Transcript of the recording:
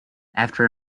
after